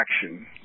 Action